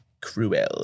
Cruel